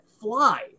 fly